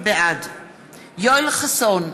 בעד יואל חסון,